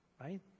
right